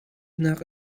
nak